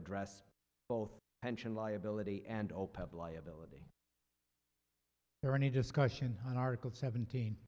address both pension liability and opeth liability there any discussion on article seventeen